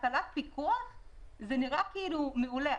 הטלת פיקוח נראה דבר מעולה,